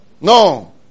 No